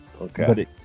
Okay